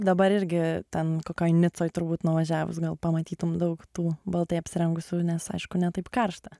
dabar irgi ten kokioj nicoj turbūt nuvažiavus gal pamatytum daug tų baltai apsirengusių nes aišku ne taip karšta